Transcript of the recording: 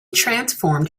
transformed